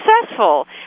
successful